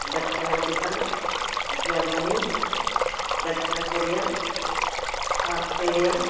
దక్షిణ America Germany దక్షిణ Korea Australia